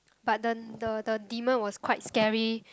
but the the the demon was quite scary